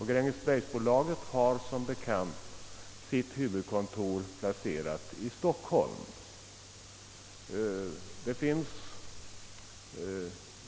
Detta bolag har som bekant sitt huvudkontor placerat i Stockholm.